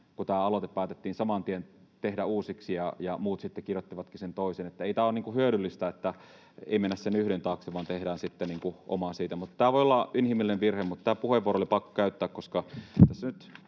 kun tämä aloite päätettiin saman tien tehdä uusiksi ja muut sitten allekirjoittivatkin sen toisen. Niin että ei tämä ole hyödyllistä, että ei mennä sen yhden taakse vaan tehdään sitten niin kuin oma siitä — tämä voi olla inhimillinen virhe, mutta tämä puheenvuoro oli pakko käyttää, koska